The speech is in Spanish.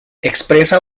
expresa